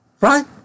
Right